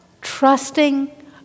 trusting